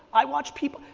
i watch people,